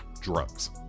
drugs